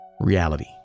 reality